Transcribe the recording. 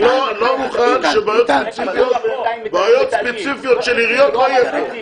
אני לא מוכן שבעיות ספציפיות של עיריות לא יהיו פה.